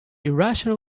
irrational